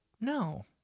No